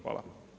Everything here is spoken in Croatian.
Hvala.